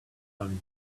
finally